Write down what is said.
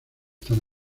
tan